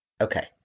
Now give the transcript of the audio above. Okay